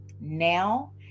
now